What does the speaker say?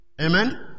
Amen